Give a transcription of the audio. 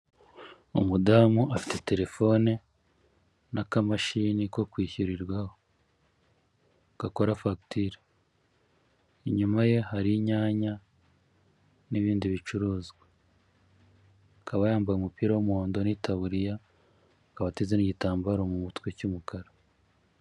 Umudamu afite telefone, n'akamashini ko kwishyurirwaho, gakora fagiture, inyuma ye hari inyanya, n'ibindi bicuruzwa, akaba yambaye umupira w'umuhondo, n'itaburiya akaba ateze n' igitambaro mu mutwe cy'umukara.